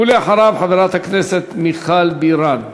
ואחריו, חברת הכנסת מיכל בירן.